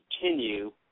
continue